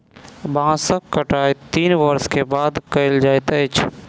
बांसक कटाई तीन वर्ष के बाद कयल जाइत अछि